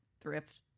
thrift